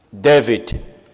David